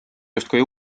justkui